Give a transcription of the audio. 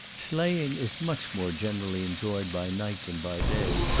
sleighing is much more generally enjoyed by night than by day,